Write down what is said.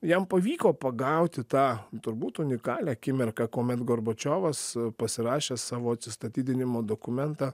jam pavyko pagauti tą turbūt unikalią akimirką kuomet gorbačiovas pasirašęs savo atsistatydinimo dokumentą